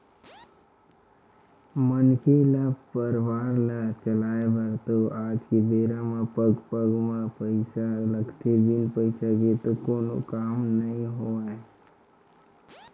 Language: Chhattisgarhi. मनखे ल परवार ल चलाय बर तो आज के बेरा म पग पग म पइसा लगथे बिन पइसा के तो कोनो काम नइ होवय